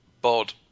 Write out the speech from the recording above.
Bod